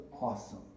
awesome